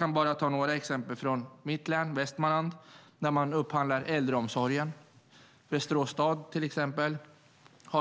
Låt mig ta ett exempel från mitt hemlän Västmanland. Västerås stad har till exempel